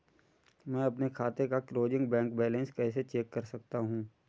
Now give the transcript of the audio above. मैं अपने खाते का क्लोजिंग बैंक बैलेंस कैसे चेक कर सकता हूँ?